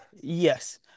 Yes